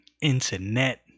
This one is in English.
internet